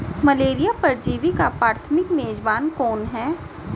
Malaria परजीवी का प्राथमिक मेजबान कौन है?